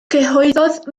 cyhoeddodd